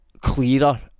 clearer